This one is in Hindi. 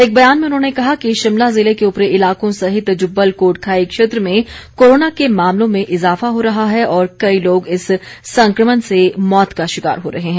एक बयान में उन्होंने कहा कि शिमला जिले के उपरी इलाकों सहित जुब्बल कोटखाई क्षेत्र में कोरोना के मामलों में ईजाफा हो रहा है और कई लोग इस संक्रमण से मौत का शिकार हो रहे हैं